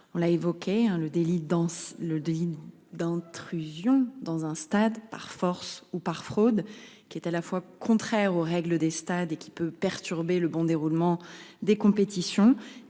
délit danse le devine d'intrusion dans un stade par force ou par fraude qui est à la fois contraires aux règles des stades et qui peut perturber le bon déroulement des compétitions